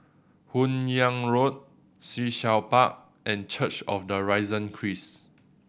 Hun Yeang Road Sea Shell Park and Church of the Risen Christ